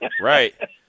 right